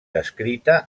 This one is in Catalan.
descrita